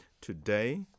Today